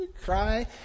cry